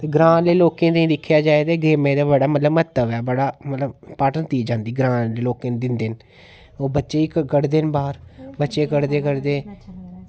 ते ग्रांऽ दे लोकें ई दिक्खेआ जा ते गेमें ई बड़ा म्हत्व ऐ ते बड़ी प्रॉयरटी दित्ती जंदी ग्रांऽ दे लोकें गी दिंदे न ते बच्चे करदे करदे